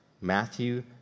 Matthew